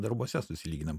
darbuose susilyginam